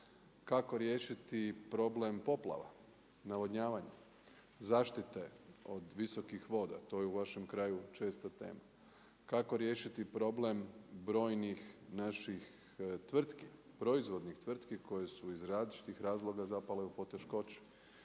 Kako riješiti problem poplava, navodnjavanja, zaštite od visokih voda? To je u vašem kraju česta tema. Kako riješiti problem brojnih naših tvrtki, proizvodnih tvrtki koje su iz različitih razloga zapale u poteškoće